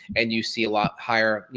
and you see lot higher, you